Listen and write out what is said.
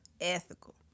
Ethical